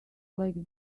like